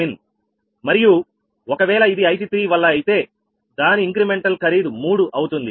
మరియు ఒక వేళ ఇది IC3 వల్ల అయితే దాని ఇంక్రిమెంటల్ ఖరీదు మూడు అవుతుంది